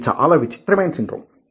ఇది చాలా విచిత్రమైన సిండ్రోమ్